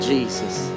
Jesus